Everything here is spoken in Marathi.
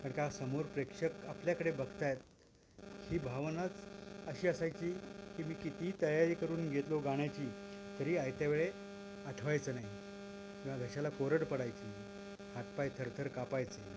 कारण का समोर प्रेक्षक आपल्याकडे बघत आहेत ही भावनाच अशी असायची की मी कितीही तयारी करून गेलो गाण्याची तरी आयत्या वेळे आठवायचं नाही किंवा घशाला कोरड पडायची हातपाय थरथर कापायचे